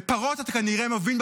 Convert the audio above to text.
בפרות אתה כנראה מבין,